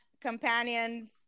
companions